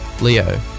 Leo